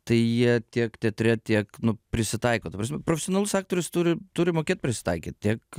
tai jie tiek teatre tiek prisitaiko ta prasme profesionalus aktorius turi turi mokėt prisitaikyt tiek